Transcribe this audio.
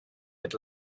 had